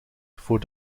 voor